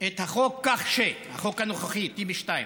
את החוק כך שבחוק הנוכחי, טיבי 2,